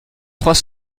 trois